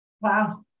Wow